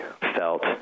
felt